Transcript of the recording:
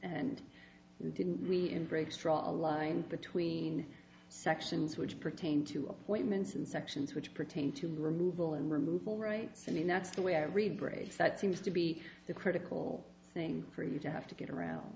appointments and didn't we embrace draw a line between sections which pertain to appointments and sections which pertain to removal and removal rights and that's the way i read brace that seems to be the critical thing for you to have to get around